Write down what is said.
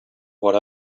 what